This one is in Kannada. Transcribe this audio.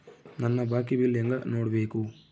ನನ್ನ ಬಾಕಿ ಬಿಲ್ ಹೆಂಗ ನೋಡ್ಬೇಕು?